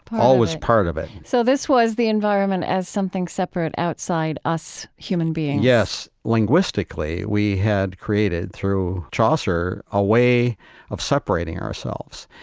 always part of it so this was the environment as something separate, outside us human beings yes. linguistically, we had created, through chaucer, a way of separating ourselves.